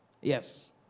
Yes